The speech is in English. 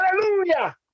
hallelujah